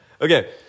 Okay